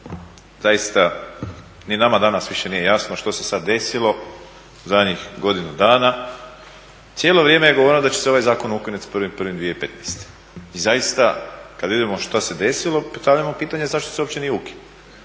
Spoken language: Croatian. zaista ni nama danas više nije jasno što se sada desilo u zadnjih godinu dana. Cijelo vrijeme je govoreno da će se ovaj zakon ukinuti s 01.01.2015. i zaista kad vidimo što se desilo postavljamo pitanje zašto se uopće nije ukinuo.